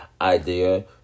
idea